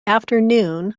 afternoon